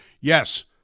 Yes